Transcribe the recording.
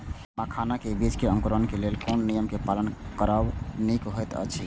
मखानक बीज़ क अंकुरन क लेल कोन नियम क पालन करब निक होयत अछि?